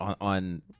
on